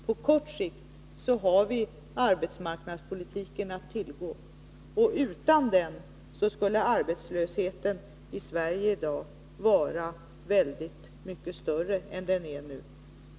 På kort sikt har vi arbetsmarknadspolitiken att tillgå, och utan den skulle arbetslösheten i Sverige i dag vara väldigt mycket större än den är.